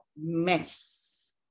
mess